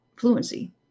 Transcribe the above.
fluency